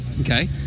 Okay